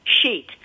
sheet